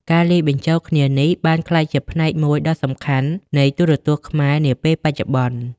ការលាយបញ្ចូលគ្នានេះបានក្លាយជាផ្នែកមួយដ៏សំខាន់នៃទូរទស្សន៍ខ្មែរនាពេលបច្ចុប្បន្ន។